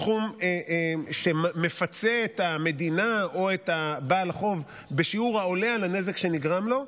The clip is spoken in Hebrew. סכום שמפצה את המדינה או את בעל החוב בשיעור העולה על הנזק שנגרם לו,